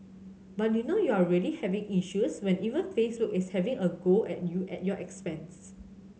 but you know you're really having issues when even Facebook is having a go at you at your expense